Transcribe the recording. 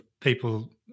people